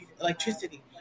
electricity